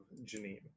Janine